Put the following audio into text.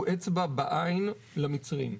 הוא אצבע בעין למצרים,